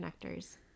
connectors